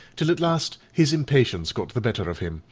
till at last his impatience got the better of him,